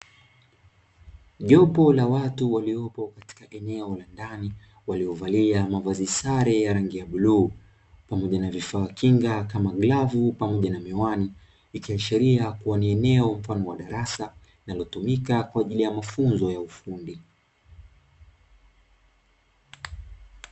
Jopo la watu waliopo katika eneo la ndani waliovalia mavazi sare ya rangi ya bluu pamoja na vifaa kinga kama glavu pamoja na miwani, ikiashiria kuwa ni eneo mfano wa darasa linalotumika kwa ajili ya mafunzo ya ufundi.